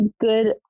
good